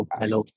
hello